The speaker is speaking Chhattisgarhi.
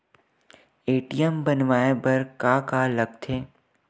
ए.टी.एम बनवाय बर का का लगथे?